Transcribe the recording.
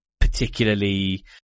particularly